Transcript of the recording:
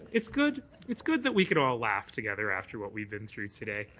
it's good it's good that we can all laugh together after what we've been through today.